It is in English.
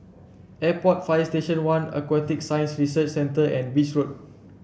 Airport Fire Station One Aquatic Science Research Centre and Beach Road